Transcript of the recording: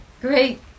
great